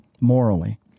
morally